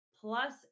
plus